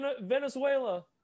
Venezuela